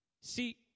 See